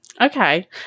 okay